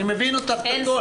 אני מבין הכול.